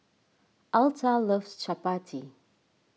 Altha loves Chapati